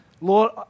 Lord